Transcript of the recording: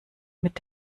mit